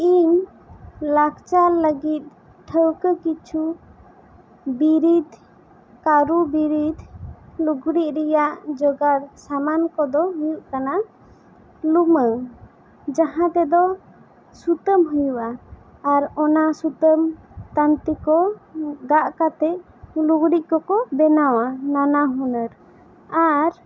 ᱤᱧ ᱞᱟᱠᱪᱟᱨ ᱞᱟᱹᱜᱤᱫ ᱴᱷᱟᱹᱣᱠᱟᱹ ᱠᱤᱪᱷᱩ ᱵᱤᱨᱤᱫᱽ ᱠᱟᱹᱨᱩ ᱵᱤᱨᱤᱫᱽ ᱞᱩᱜᱽᱲᱤᱜ ᱨᱮᱭᱟᱜ ᱡᱚᱜᱟᱲ ᱥᱟᱢᱟᱱ ᱠᱚᱫᱚ ᱦᱩᱭᱩᱜ ᱠᱟᱱᱟ ᱞᱩᱢᱟ ᱝ ᱡᱟᱦᱟᱸ ᱛᱮᱫᱚ ᱥᱩᱛᱟᱹᱢ ᱦᱩᱭᱩᱜᱼᱟ ᱟᱨ ᱚᱱᱟ ᱥᱩᱛᱟᱹᱢ ᱠᱟᱱ ᱛᱮᱠᱚ ᱜᱟᱜ ᱠᱟᱛᱮ ᱞᱩᱜᱽᱲᱤᱜ ᱠᱚᱠᱚ ᱵᱮᱱᱟᱣᱟ ᱱᱟᱱᱟ ᱦᱩᱱᱟᱹᱨ ᱟᱨ